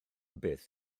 beth